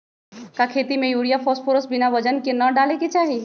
का खेती में यूरिया फास्फोरस बिना वजन के न डाले के चाहि?